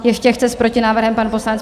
Ještě chce s protinávrhem pan poslanec.